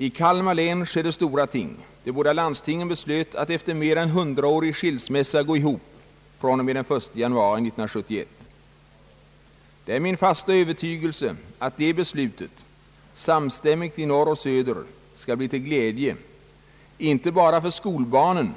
I Kalmar län skedde stora ting: de båda landstingen beslöt att efter mer än hundraårig skilsmässa gå ihop från och med den 1 januari 1971. Det är min fasta övertygelse att detta beslut, samstämmigt i norr och söder, skall bli till glädje inte bara för skolbarnen